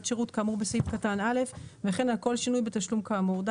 שירות כאמור בסעיף קטן (א) וכן על כל שינוי בתשלום כאמור.